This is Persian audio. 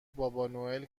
بابانوئل